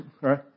right